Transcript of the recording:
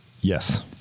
Yes